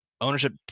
ownership